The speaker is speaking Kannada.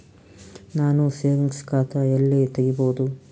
ನಾನು ಸೇವಿಂಗ್ಸ್ ಖಾತಾ ಎಲ್ಲಿ ತಗಿಬೋದು?